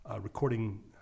recording